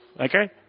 okay